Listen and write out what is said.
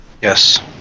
Yes